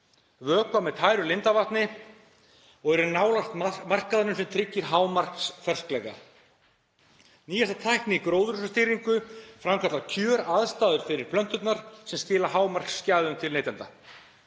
vökva með tæru lindarvatni og eru nálægt markaðnum sem tryggir hámarksferskleika. Nýjasta tækni í gróðurhúsastýringu framkallar kjöraðstæður fyrir plönturnar sem skila hámarksgæðum til neytenda.